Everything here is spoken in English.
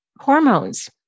hormones